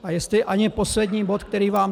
A jestli ani poslední bod, který vám...